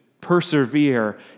persevere